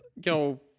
go